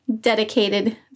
dedicated